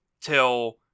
till